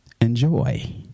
enjoy